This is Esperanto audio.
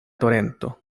torento